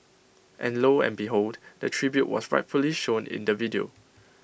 and lo and behold the tribute was rightfully shown in the video